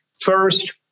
First